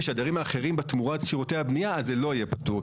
של הדיירים האחרים תמורת שירותי הבנייה אז זה לא יהיה פטור.